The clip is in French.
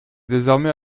désormais